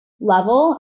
level